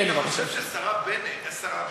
כן, אתה חושב שהשרה בנט, השרה בנט,